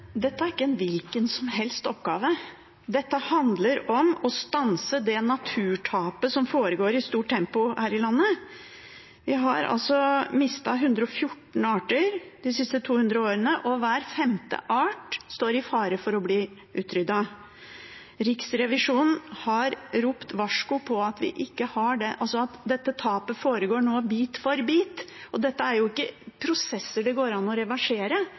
Dette er ikke en hvilken som helst oppgave. Dette handler om å stanse det naturtapet som foregår i stort tempo her i landet. Vi har altså mistet 114 arter de siste 200 årene, og hver femte art står i fare for å bli utryddet. Riksrevisjonen har ropt varsku om at dette tapet foregår nå, bit for bit. Dette er ikke prosesser det går an å reversere.